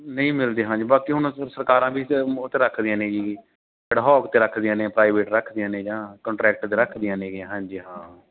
ਨਹੀਂ ਮਿਲਦੇ ਹਾਂਜੀ ਬਾਕੀ ਹੁਣ ਸ ਸਰਕਾਰਾਂ ਵੀ ਰੱਖਦੀਆਂ ਨੇ ਜੀ ਐਡਹੋਕ 'ਤੇ ਰੱਖਦੀਆਂ ਨੇ ਪ੍ਰਾਈਵੇਟ ਰੱਖਦੀਆਂ ਨੇ ਜਾਂ ਕੰਟਰੈਕਟ 'ਤੇ ਰੱਖਦੀਆਂ ਨੇਗੀਆਂ ਹਾਂਜੀ ਹਾਂ